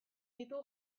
ditu